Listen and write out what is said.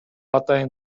атайын